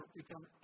become